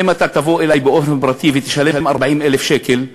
אם אתה תבוא אלי באופן פרטי ותשלם 40,000 שקל,